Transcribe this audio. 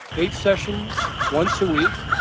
eight sessions once a week,